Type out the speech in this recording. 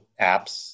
apps